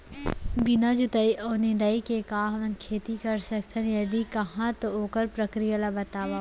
बिना जुताई अऊ निंदाई के का हमन खेती कर सकथन, यदि कहाँ तो ओखर प्रक्रिया ला बतावव?